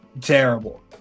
terrible